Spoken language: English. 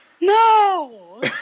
No